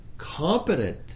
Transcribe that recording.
Competent